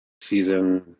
season